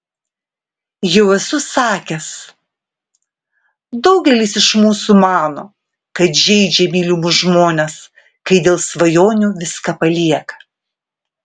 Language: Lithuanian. jau esu sakęs daugelis iš mūsų mano kad žeidžia mylimus žmones kai dėl svajonių viską palieka